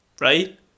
right